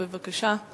בבקשה.